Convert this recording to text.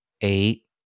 eight